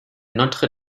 notre